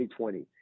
2020